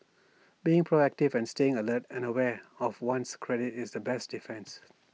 being proactive and staying alert and aware of one's credit is the best defence